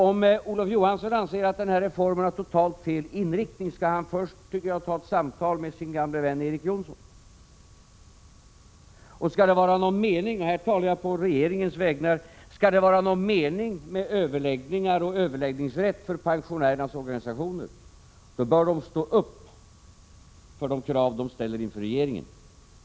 Om Olof Johansson anser att denna reform har totalt fel inriktning tycker jag att han först skall samtala med sin gamle vän Erik Jonsson. Skall det vara någon mening — här talar jag på regeringens vägnar — med överläggningar och överläggningsrätt för pensionärernas organisationer, bör de stå upp för de krav de ställer inför regeringen.